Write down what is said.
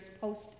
post